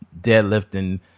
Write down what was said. deadlifting